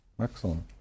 Excellent